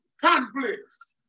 Conflicts